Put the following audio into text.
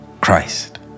Christ